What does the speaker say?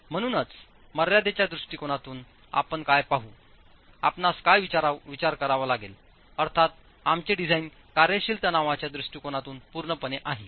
म्हणूनच मर्यादेच्या दृष्टीकोनातून आपण काय पाहूआपणस काय विचार करावा लागेलअर्थात आमचे डिझाइन कार्यशील तणावाच्या दृष्टिकोनातून पूर्णपणे आहे